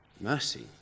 Mercy